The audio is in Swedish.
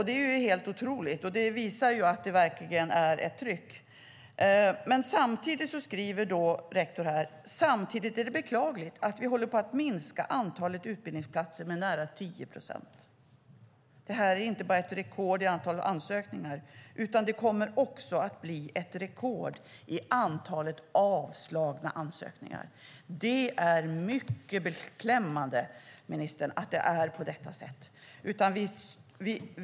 Det är ju helt otroligt, och det visar att det verkligen är ett tryck. Rektor skriver: Samtidigt är det beklagligt att vi håller på att minska antalet utbildningsplatser med nära 10 procent. Det här är inte bara ett rekord i antalet ansökningar, utan det kommer också att bli ett rekord i antalet avslagna ansökningar. Det är mycket beklämmande, ministern, att det är på detta sätt.